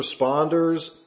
responders